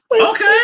Okay